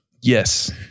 Yes